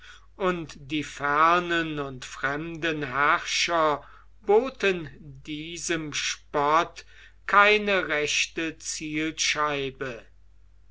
und die fernen und fremden herrscher boten diesem spott keine rechte zielscheibe